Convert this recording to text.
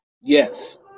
Yes